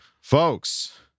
folks